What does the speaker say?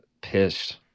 pissed